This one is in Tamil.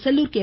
செல்லூர் கே